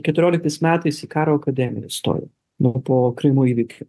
keturioliktais metais į karo akademiją stojau nu po krymo įvykių